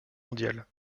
mondiale